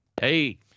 Hey